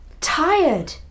tired